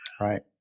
Right